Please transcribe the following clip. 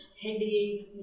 headaches